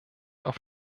auf